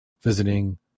visiting